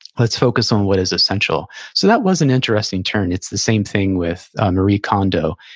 let's focus on what is essential. so that was an interesting turn. it's the same thing with marie kondo.